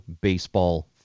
baseball